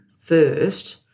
first